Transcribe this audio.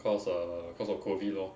cause err cause of COVID lor